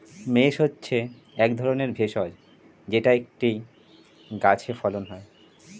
mace হচ্ছে এক ধরনের ভেষজ যেটা একটা গাছে ফলন হয়